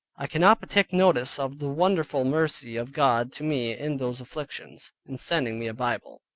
i cannot but take notice of the wonderful mercy of god to me in those afflictions, in sending me a bible.